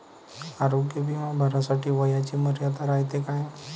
आरोग्य बिमा भरासाठी वयाची मर्यादा रायते काय?